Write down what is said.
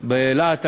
בלהט הוויכוחים,